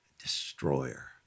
destroyer